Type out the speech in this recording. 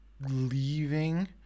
leaving